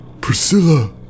Priscilla